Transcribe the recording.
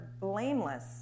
blameless